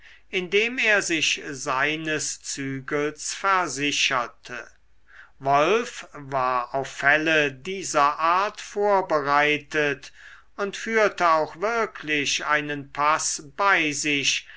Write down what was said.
indem er sich seines zügels versicherte wolf war auf fälle dieser art vorbereitet und führte auch wirklich einen paß bei sich